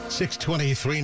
623